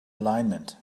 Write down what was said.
alignment